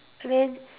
I mean